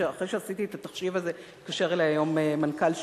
שאחרי שעשיתי את התחשיב הזה התקשר אלי מנכ"ל "שופרסל"